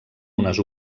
unes